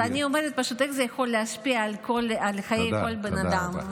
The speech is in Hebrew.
אז אני אומרת פשוט איך זה יכול להשפיע על חיי כל בן אדם.